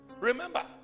remember